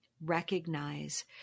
recognize